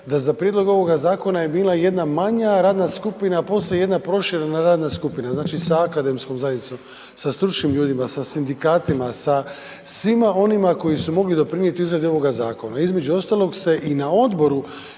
da za prijedlog ovoga zakona je bila jedna manja radna skupina, a poslije jedna proširena radna skupina. Znači, sa akademskom zajednicom, sa stručnim ljudima, sa sindikatima, sa svima onima koji su mogli doprinijeti izradi ovoga zakona. Između ostalog se i na Odboru